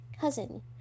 cousin